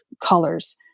colors